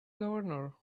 governor